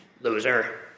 Loser